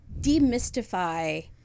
demystify